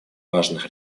важных